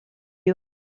you